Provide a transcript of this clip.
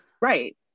Right